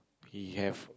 he have